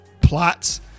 plots